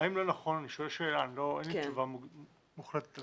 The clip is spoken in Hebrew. האם לא נכון לשאול שאלה אין לי תשובה מוחלטת על זה